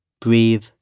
Breathe